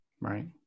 Right